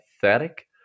pathetic